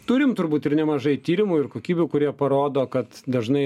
turim turbūt ir nemažai tyrimų ir kokybių kurie parodo kad dažnai